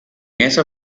esa